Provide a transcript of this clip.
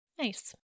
Nice